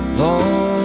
lord